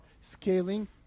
scaling